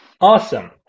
Awesome